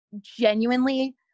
genuinely